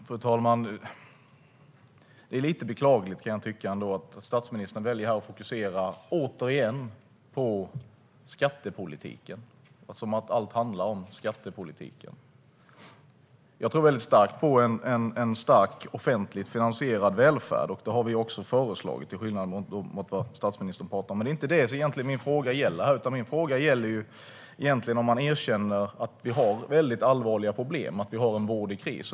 Fru talman! Det är lite beklagligt, kan jag tycka, att statsministern väljer att återigen fokusera på skattepolitiken, som att allt handlar om skattepolitiken. Jag tror väldigt starkt på en stark offentligt finansierad välfärd. Det har vi också föreslagit, till skillnad mot vad statsministern pratar om. Men det är egentligen inte det som min fråga gäller, utan min fråga är om man erkänner att vi har väldigt allvarliga problem och att vi har en vård i kris.